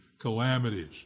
calamities